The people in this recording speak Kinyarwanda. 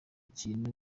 kintu